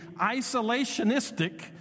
isolationistic